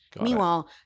Meanwhile